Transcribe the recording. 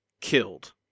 killed